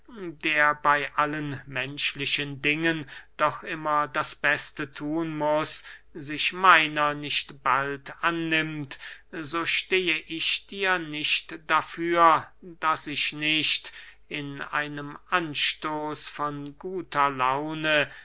der bey allen menschlichen dingen doch immer das beste thun muß sich meiner nicht bald annimmt so stehe ich dir nicht dafür daß ich nicht in einem anstoß von guter laune